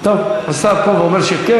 טוב, השר פה והוא אומר שכן.